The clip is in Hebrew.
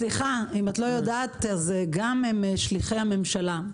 סליחה, אם את לא יודעת, אז הם גם שליחי הממשלה.